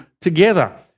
together